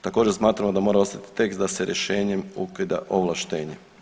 Također smatramo da mora ostati tek da se rješenjem ukida ovlaštenje.